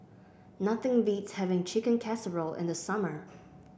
nothing beats having Chicken Casserole in the summer